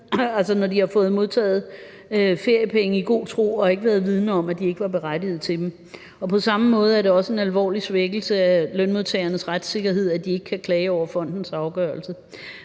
selv når de har modtaget feriepenge i god tro og ikke været vidende om, at de ikke var berettiget til dem. På samme måde er det også en alvorlig svækkelse af lønmodtagernes retssikkerhed, at de ikke kan klage over fondens afgørelse.